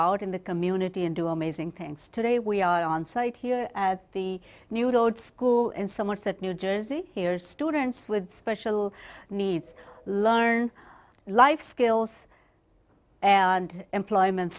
out in the community and do amazing things today we are on site here at the new dod school and so much that new jersey here's students with special needs learn life skills and employment